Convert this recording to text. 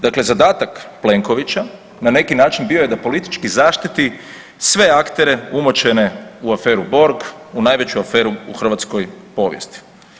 Dakle, zadatak Plenkovića na neki način bio je da politički zaštiti sve aktere umočene u aferu Borg, u najveću aferu u hrvatskoj povijesti.